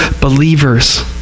believers